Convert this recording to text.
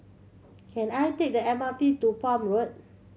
can I take the M R T to Palm Road